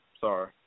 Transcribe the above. Sorry